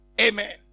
Amen